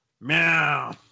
meow